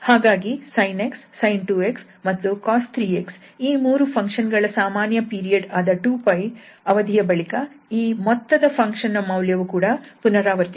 ಹಾಗಾಗಿ sin 𝑥 sin 2𝑥 ಮತ್ತು cos 3𝑥 ಈ ಮೂರು ಫಂಕ್ಷನ್ ಗಳ ಸಾಮಾನ್ಯ ಪೀರಿಯಡ್ ಆದ 2𝜋 ಅವಧಿಯ ಬಳಿಕ ಈ ಮೊತ್ತದ ಫಂಕ್ಷನ್ ನ ಮೌಲ್ಯವು ಕೂಡ ಪುನರಾವರ್ತಿಸುತ್ತದೆ